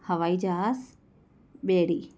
हवाई जहाज़ु ॿेड़ी